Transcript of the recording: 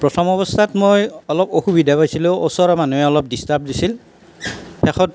প্ৰথম অৱস্থাত মই অলপ অসুবিধা পাইছিলোঁ ওচৰৰ মানুহে অলপ ডিষ্টাৰ্ব দিছিল শেষত